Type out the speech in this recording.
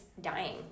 dying